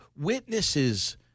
witnesses